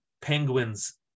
Penguin's